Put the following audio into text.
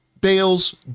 Bale's